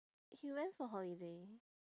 he went for holiday